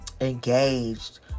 engaged